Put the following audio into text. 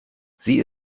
sie